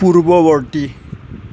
পূৰ্বৱৰ্তী